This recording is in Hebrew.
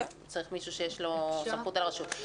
צריך מישהו שיש לו סמכות על הרשות.